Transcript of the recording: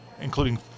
including